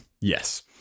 Yes